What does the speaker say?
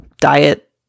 diet